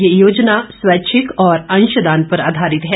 ये योजना स्वैच्छिक और अंशदान पर आधारित है